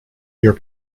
you’re